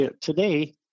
today